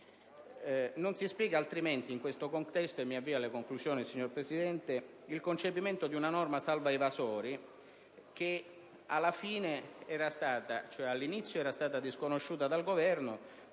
Non si spiega altrimenti, in questo contesto, il concepimento di una norma salva evasori, che all'inizio era stata disconosciuta dal Governo,